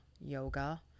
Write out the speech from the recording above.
Yoga